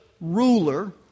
ruler